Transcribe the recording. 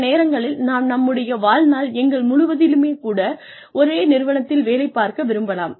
சில நேரங்களில் நாம் நம்முடைய வாழ்நாள் எங்கள் முழுவதிலும் கூட ஒரே நிறுவனத்தில் வேலை பார்க்க விரும்பலாம்